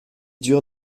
dur